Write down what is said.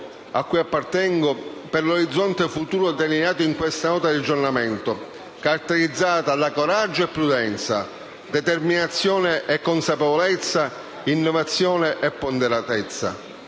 a cui appartengo, per l'orizzonte futuro delineato in questa Nota di aggiornamento, caratterizzata da coraggio e prudenza, determinazione e consapevolezza, innovazione e ponderatezza.